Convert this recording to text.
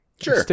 Sure